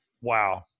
wow